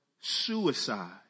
suicide